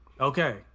Okay